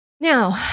Now